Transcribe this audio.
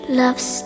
loves